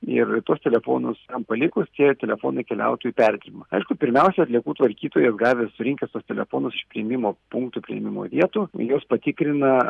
ir tuos telefonus ten palikus tie telefonai keliautų į perdirbimą aišku pirmiausia atliekų tvarkytojas gavęs surinkęs tuos telefonus iš priėmimo punktų priėmimo vietų juos patikrina